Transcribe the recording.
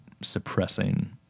suppressing